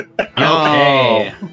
Okay